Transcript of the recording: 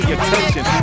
attention